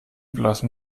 blassen